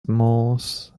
morse